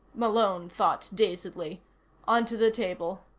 malone thought dazedly onto the table.